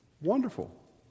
wonderful